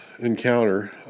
Encounter